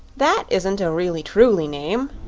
that isn't a really-truly name!